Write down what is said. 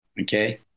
Okay